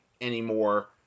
anymore